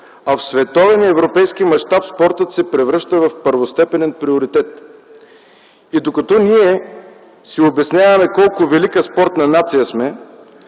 а в световен и европейски мащаб спортът се превръща в първостепенен приоритет. И докато ние си обясняваме колко велика спортна нация сме,